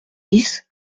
dix